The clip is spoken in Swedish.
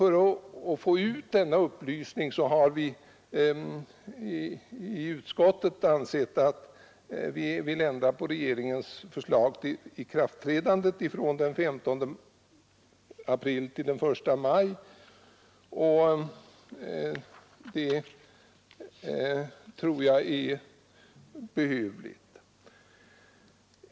För att få denna upplysning spridd har vi i utskottet ansett att vi bör ändra på utskottets förslag till lagens ikraftträdande från den 15 april till den 1 maj. Detta tror jag är behövligt.